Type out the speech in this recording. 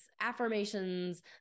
affirmations